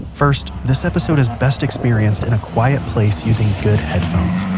first, this episode is best experienced in a quiet place using good headphones.